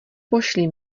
pošli